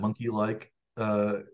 monkey-like